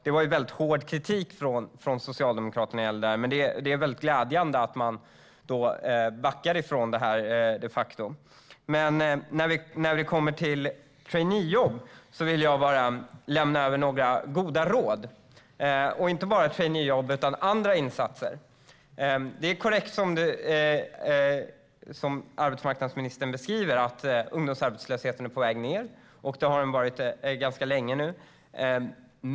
Det kom väldigt hård kritik från Socialdemokraterna när det gällde detta, men det är glädjande att man nu de facto backar från det. När det gäller traineejobb vill jag bara lämna över några goda råd, inte bara om traineejobb utan även om andra insatser. Det är korrekt som arbetsmarknadsministern beskriver att ungdomsarbetslösheten är på väg ned. Det har den varit ganska länge nu.